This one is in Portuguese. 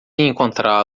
encontrá